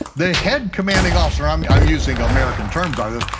the head commanding officer, i'm i'm using american terms on this,